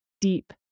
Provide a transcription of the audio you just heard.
deep